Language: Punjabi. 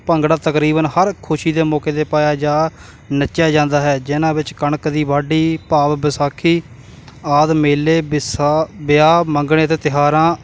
ਭੰਗੜਾ ਤਕਰੀਬਨ ਹਰ ਖੁਸ਼ੀ ਦੇ ਮੌਕੇ 'ਤੇ ਪਾਇਆ ਜਾਂ ਨੱਚਿਆ ਜਾਂਦਾ ਹੈ ਜਿਹਨਾਂ ਵਿੱਚ ਕਣਕ ਦੀ ਵਾਢੀ ਭਾਵ ਵਿਸਾਖੀ ਆਦਿ ਮੇਲੇ ਵਿਸਾਹ ਵਿਆਹ ਮੰਗਣੇ ਅਤੇ ਤਿਉਹਾਰਾਂ